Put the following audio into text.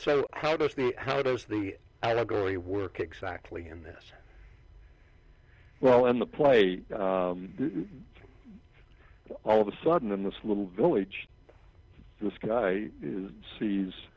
so how does how does the allegory work exactly in this well in the play all of a sudden in this little village this guy sees